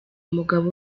umugabo